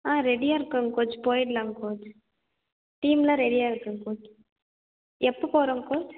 ஆ ரெடியாக இருக்கேன் கோச் போய்ட்லாம் கோச் டீமுலாம் ரெடியாக இருக்குதுங்க கோச் எப்போ போகிறோம் கோச்